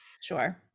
Sure